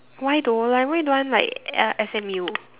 why though like why don't want like uh S_M_U